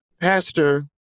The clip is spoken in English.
Pastor